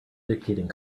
dictating